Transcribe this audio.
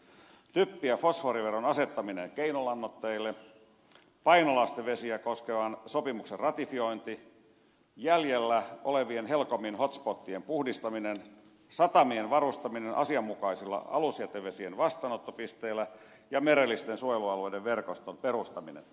sitten on typpi ja fosforiveron asettaminen keinolannoitteille painolastivesiä koskevan sopimuksen ratifiointi jäljellä olevien helcomin hot spotien puhdistaminen satamien varustaminen asianmukaisilla alusjätevesien vastaanottopisteillä ja merellisten suojelualueiden verkoston perustaminen